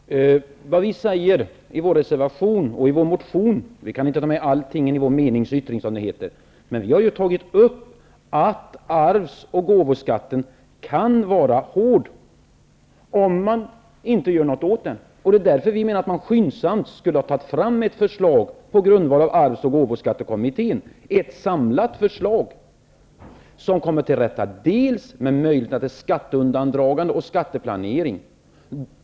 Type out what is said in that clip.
Herr talman! Vad vi säger i vår reservation och i vår motion -- vi kan inte ta med allt i vår meningsyttring -- är att arvs och gåvoskatten kan vara hård om man inte gör något åt den. Därför menar vi att man skyndsamt skulle ha tagit fram ett förslag på grundval av arvs och gåvoskattekommitténs arbete. Det skulle ha varit ett samlat förslag så att man kommer till rätta med skatteundandragande och skatteplanering.